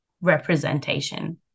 representation